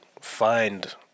find